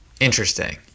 Interesting